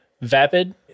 Vapid